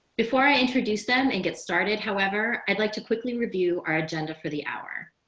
before i introduce them and get started, however, i'd like to quickly review our agenda for the hour.